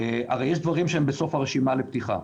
הרי יש דברים שהם בסוף הרשימה לפתיחה.